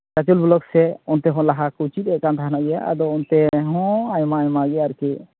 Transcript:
ᱜᱟᱡᱚᱞ block ᱥᱮᱫ ᱚᱱᱛᱮᱦᱚᱸ ᱞᱟᱦᱟ ᱠᱚ ᱪᱮᱫᱮᱫ ᱠᱟᱱ ᱛᱟᱦᱮᱱ ᱜᱮᱭᱟ ᱟᱫᱚ ᱚᱱᱛᱮ ᱦᱚᱸ ᱟᱭᱢᱟ ᱟᱭᱢᱟ ᱜᱮ ᱟᱨᱠᱤ